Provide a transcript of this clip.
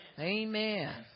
Amen